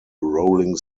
rolling